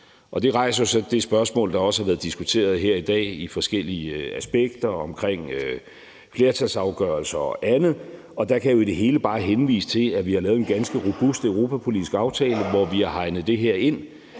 Det rejser jo så det spørgsmål, der også har været diskuteret her i dag i forskellige aspekter, omkring flertalsafgørelser og andet, og der kan jeg jo i det hele bare henvise til, at vi har lavet en ganske robust europapolitisk aftale, hvor vi har hegnet det her ind.